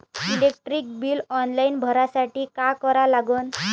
Electric bill online भरासाठी का करा लागन?